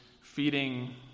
feeding